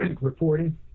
reporting